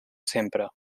sempre